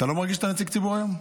אתה לא מרגיש שאתה נציג ציבור היום?